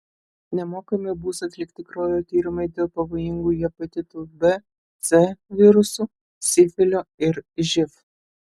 nemokamai bus atlikti kraujo tyrimai dėl pavojingų hepatitų b c virusų sifilio ir živ